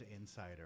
Insider